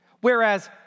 Whereas